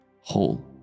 whole